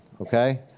okay